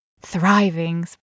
thriving